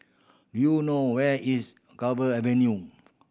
do you know where is Cove Avenue